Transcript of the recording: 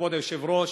כבוד היושב-ראש,